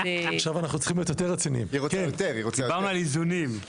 לפני כשנה עברה רפורמה משמעותית בעניין הזה בוועדת